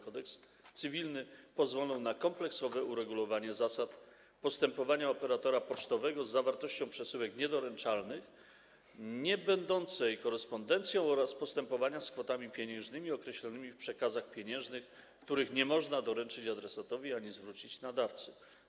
Kodeks cywilny pozwolą na kompleksowe uregulowanie zasad postępowania operatora pocztowego z zawartością przesyłek niedoręczalnych niebędących korespondencją oraz postępowania z kwotami pieniężnymi określonymi w przekazach pieniężnych, których nie można doręczyć adresatowi ani zwrócić nadawcy.